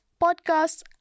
podcasts